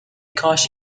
کاش